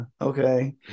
okay